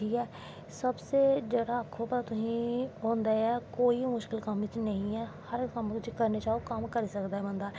ठीक ऐ सब तो जेह्ड़ा आक्खो ना तुस ओह् होंदा ऐ कोई मुश्कल च कम्म नेंई ऐ हर कम्म जो चाह् ओह् करी सकदा ऐ बंदा